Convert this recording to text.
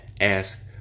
ask